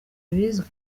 bizwi